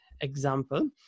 example